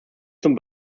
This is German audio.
zum